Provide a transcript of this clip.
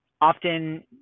often